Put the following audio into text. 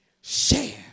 share